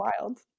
wild